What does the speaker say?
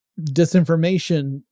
disinformation